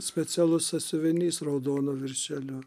specialus sąsiuvinys raudonu viršeliu